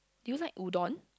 do you like udon